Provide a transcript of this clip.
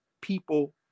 people